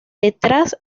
detrás